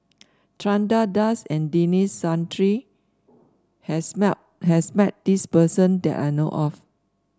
Chandra Das and Denis Santry has has met this person that I know of